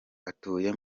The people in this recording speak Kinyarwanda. atuye